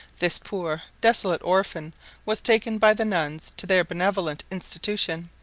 this poor desolate orphan was taken by the nuns to their benevolent institution,